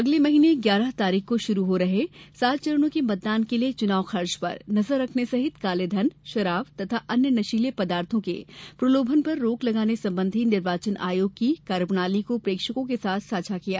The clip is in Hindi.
अगले महीने ग्यारह तारीख को शुरू हो रहे सात चरणों के मतदान के लिए चुनाव खर्च पर नजर रखने सहित कालेधन शराब तथा अन्य नशीले पदार्थों के प्रलोभन पर रोक लगाने संबंधी निर्वाचन आयोग की कार्यप्रणाली को प्रेक्षकों के साथ साझा किया गया